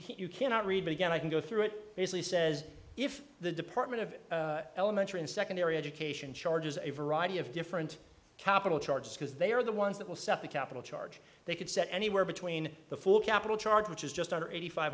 which you cannot read but again i can go through it basically says if the department of elementary and secondary education charges a variety of different capital charges because they are the ones that will set the capital charge they could set anywhere between the full capital charge which is just under eighty five